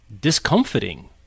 discomforting